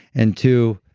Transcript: and two,